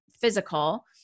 physical